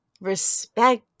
respect